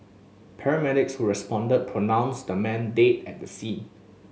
paramedics who responded pronounced the man dead at the scene